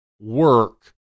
work